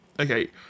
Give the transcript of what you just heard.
okay